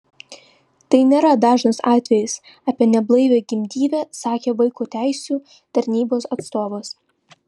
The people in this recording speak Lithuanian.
tai nėra dažnas atvejis apie neblaivią gimdyvę sakė vaiko teisių tarnybos atstovas